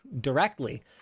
directly